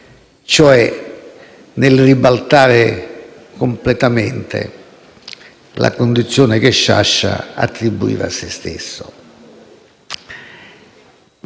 cioè nel ribaltare completamente la condizione che Sciascia attribuiva a se stesso.